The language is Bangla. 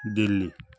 দিল্লি